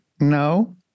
No